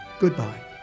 Goodbye